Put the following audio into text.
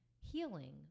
healing